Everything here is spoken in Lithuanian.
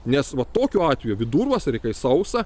nes va tokiu atveju vidurvasarį kai sausa